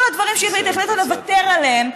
כל הדברים שהיא החליטה לוותר עליהם,